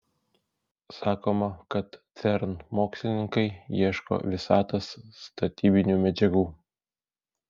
sakoma kad cern mokslininkai ieško visatos statybinių medžiagų